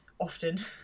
often